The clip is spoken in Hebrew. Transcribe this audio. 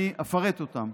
אני אפרט אותם: